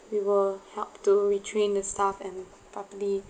we will help to retrain their staff and properly